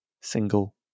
single